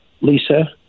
Lisa